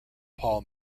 paul